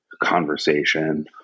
conversation